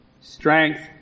Strength